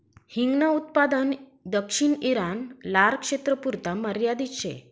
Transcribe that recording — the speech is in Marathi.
हिंगन उत्पादन दक्षिण ईरान, लारक्षेत्रपुरता मर्यादित शे